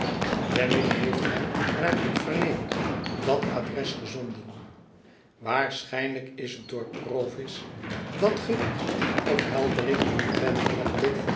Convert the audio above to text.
wemmick heeft hem naar ik verneem dat adres gezonden waarschijnlijk is het door provis dat ge die opheldering omtrent